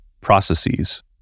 processes